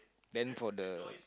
then for the